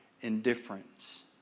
indifference